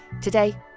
Today